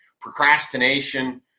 procrastination